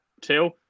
two